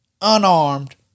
unarmed